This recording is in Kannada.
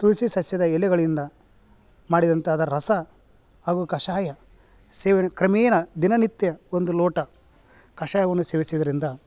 ತುಳಸಿ ಸಸ್ಯದ ಎಲೆಗಳಿಂದ ಮಾಡಿದಂಥ ಅದರ ರಸ ಹಾಗೂ ಕಷಾಯ ಸೇವನೆ ಕ್ರಮೇಣ ದಿನನಿತ್ಯ ಒಂದು ಲೋಟ ಕಷಾಯವನ್ನು ಸೇವಿಸೋದ್ರಿಂದ